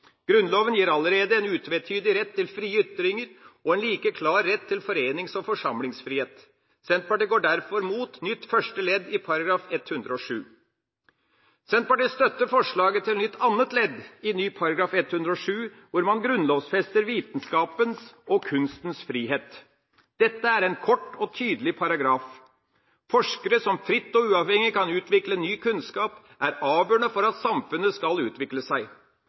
Grunnloven gir allerede en utvetydig rett til frie ytringer og en like klar rett til forenings- og forsamlingsfrihet. Senterpartiet går derfor mot nytt første ledd i § 107. Senterpartiet støtter forslaget til nytt annet ledd i ny § 107 hvor man grunnlovfester vitenskapens og kunstens frihet. Dette er en kort og tydelig paragraf. Forskere som fritt og uavhengig kan utvikle ny kunnskap, er avgjørende for at samfunnet skal utvikle seg.